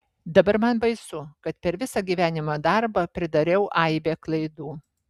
dabar man baisu kad per visą gyvenimo darbą pridariau aibę klaidų